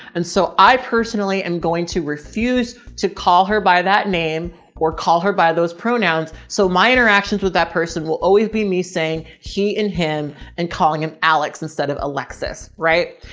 and so i personally am going to refuse to call her by that name or call her by those pronouns. so my interactions with that person will always be me saying he and him and calling him alex instead of alexis. right?